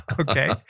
Okay